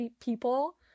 people